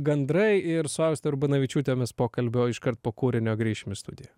gandrai ir su auste urbonavičiūte mes pokalbio iškart po kūrinio grįšim į studiją